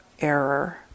error